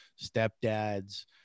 stepdads